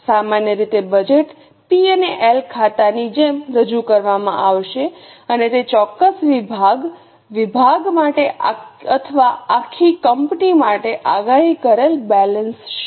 સામાન્ય રીતે budget P અને એલ ખાતાની જેમ રજૂ કરવામાં આવશે અને તે ચોક્કસ વિભાગ વિભાગ માટે અથવા આખી કંપની માટે આગાહી કરેલ બેલેન્સશીટ